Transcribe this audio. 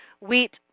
wheat